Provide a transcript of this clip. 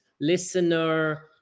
listener